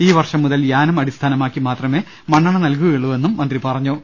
ഈ വർഷം മുതൽ യാനം അടിസ്ഥാനമാക്കി മാത്രമേ മണ്ണെണ്ണ നൽകുകയു ള്ളൂവെന്നും മന്ത്രി പറഞ്ഞു